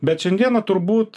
bet šiandieną turbūt